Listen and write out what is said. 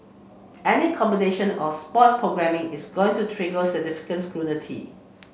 any combination of sports programming is going to trigger significant scrutiny